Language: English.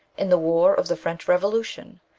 in the war of the french revolution,